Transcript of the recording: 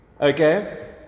okay